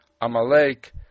Amalek